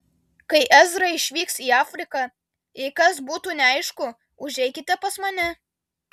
kai ezra išvyks į afriką jei kas būtų neaišku užeikite pas mane